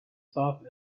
top